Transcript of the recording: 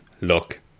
Look